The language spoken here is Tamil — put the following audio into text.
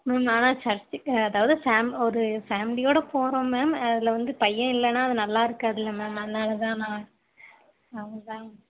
மேம் ஆனால் சர்ச்சுக்கு அதாவது ஃபேம் ஒரு ஃபேம்லியோட போகறோம் மேம் அதில் வந்து பையன் இல்லைன்னா அது நல்லா இருக்காதுல்ல மேம் அதனால் தான் நான் நான் கொஞ்சம்